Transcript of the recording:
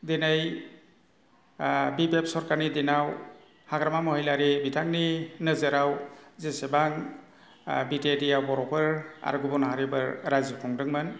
दिनै B P F सोरखारनि दिनाव हाग्रामा महिलारि बिथांनि नोजोराव जेसेबां बि टि ए डि आव बर'फोर आरो गुुबुन हारिफोर रायजो खुंदोंमोन